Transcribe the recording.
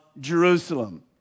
Jerusalem